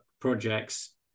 projects